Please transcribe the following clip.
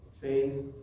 faith